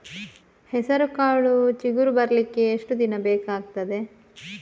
ಹೆಸರುಕಾಳು ಚಿಗುರು ಬರ್ಲಿಕ್ಕೆ ಎಷ್ಟು ದಿನ ಬೇಕಗ್ತಾದೆ?